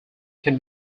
can